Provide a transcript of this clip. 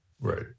Right